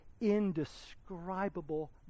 indescribable